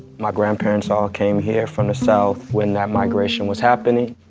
my grandparents all came here from the south when that migration was happening.